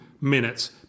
minutes